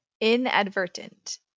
Inadvertent